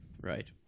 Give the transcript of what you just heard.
Right